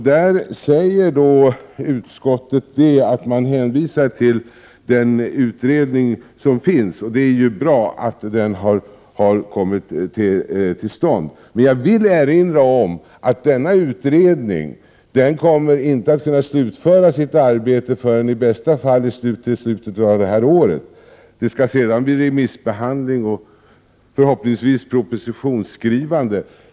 Där säger utskottet att man hänvisar till den utredning som pågår, och det är ju bra att den har kommit till stånd. Men jag vill erinra om att denna utredning inte kommer att kunna slutföra sitt arbete förrän — i bästa fall — i slutet av detta år. Sedan blir det remissbehandling och förhoppningsvis propositionsskrivande.